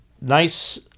nice